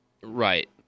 Right